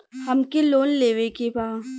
हमके लोन लेवे के बा?